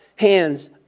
hands